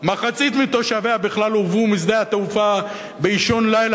מחצית מתושביה בכלל הובאו משדה התעופה באישון לילה,